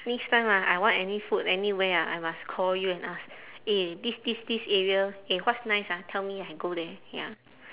next time ah I want any food anywhere ah I must call you and ask eh this this this area eh what's nice ah tell me I go there ya